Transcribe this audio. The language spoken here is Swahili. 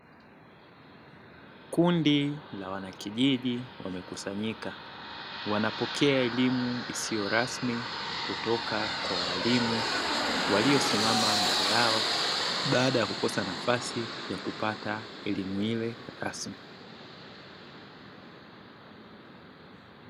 Kundi la wanakijiji wamekusanyika wanapokea elimu isiyo rasmi, kutoka kwa walimu waliosimama mbele baada ya kukosa nafasi ya kupata elimu hiyo rasmi.